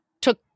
took